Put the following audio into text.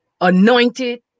anointed